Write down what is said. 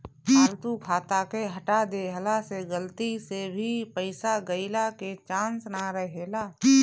फालतू खाता के हटा देहला से गलती से भी पईसा गईला के चांस ना रहेला